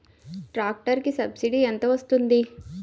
Tractor కి subsidy ఎంత వస్తుంది?